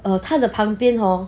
err 他的旁边 hor